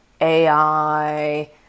AI